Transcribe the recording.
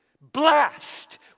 blast